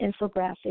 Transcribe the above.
infographic